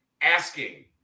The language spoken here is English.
asking